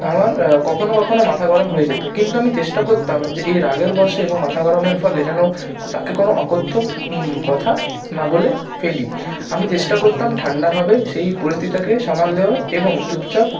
আমার কখনো কখনো মাথা গরম হয়ে যেত কিন্তু আমি চেষ্টা করতাম যে এই রাগের বশে এবং মাথা গরমের ফলে যেন তাকে কোনো অকথ্য কথা না বলে ফেলি আমি চেষ্টা করতাম ঠান্ডাভাবে সেই পরিস্থিতিটাকে সামাল দেওয়ার এবং চুপচাপ